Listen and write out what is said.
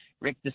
Rick